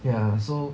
ya so